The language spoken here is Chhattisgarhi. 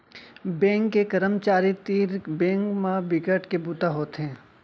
बेंक के करमचारी तीर बेंक म बिकट के बूता होथे